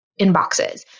inboxes